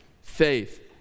faith